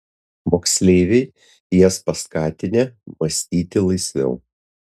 moksleiviai jas paskatinę mąstyti laisviau